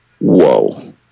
Whoa